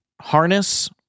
Harness